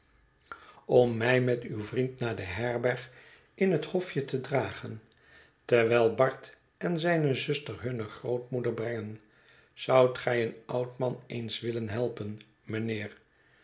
om mij het verlaten huis met uw vriend naar de herberg in het hofje te dragen terwijl bart en zijne zuster hunne grootmoeder brengen zoudt gij een oud man eens willen helpen mijnheer